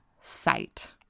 site